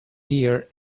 gear